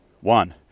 one